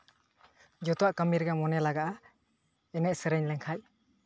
ᱡᱚᱛᱚᱣᱟᱜ ᱠᱟᱹᱢᱤ ᱨᱮᱜᱮ ᱢᱚᱱᱮ ᱞᱟᱜᱟᱜᱼᱟ ᱮᱱᱮᱡ ᱥᱮᱨᱮᱧ ᱞᱮᱱᱠᱷᱟᱡ